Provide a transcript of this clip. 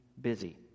busy